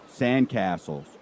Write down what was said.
Sandcastles